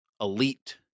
elite